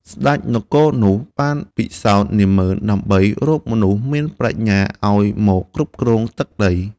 ស្ដេចនគរនោះបានពិសោធនាហ្មឺន ដើម្បីរកមនុស្សមានប្រាជ្ញាឱ្យមកគ្រប់គ្រងទឹកដី។